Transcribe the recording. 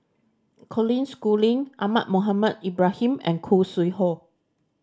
Colin Schooling Ahmad Mohamed Ibrahim and Khoo Sui Hoe